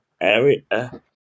area